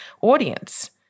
audience